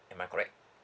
am I correct